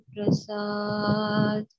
Prasad